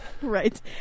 Right